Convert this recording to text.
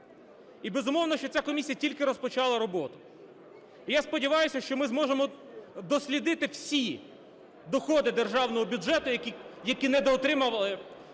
І, безумовно, що ця комісія тільки розпочала роботу. І я сподіваюся, що ми зможемо дослідити всі доходи державного бюджету, які недоотримали,